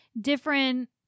different